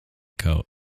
coat